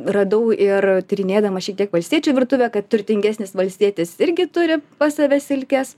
radau ir tyrinėdama šiek tiek valstiečių virtuvę kad turtingesnis valstietis irgi turi pas save silkes